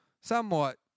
somewhat